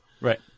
Right